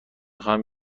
خواهم